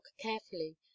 carefully